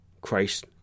Christ